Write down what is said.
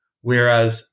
whereas